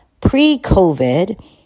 Pre-COVID